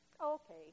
okay